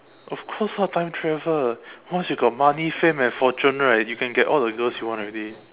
of course lah time travel once you got money fame and fortune right you can get all the girls you want already